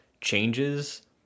changes